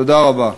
תודה רבה.